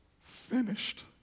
finished